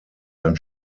ein